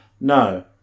No